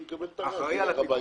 הוא יקבל טר"ש וילך הביתה.